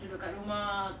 duduk dekat rumah